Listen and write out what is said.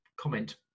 comment